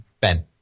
Ben